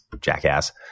jackass